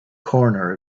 corner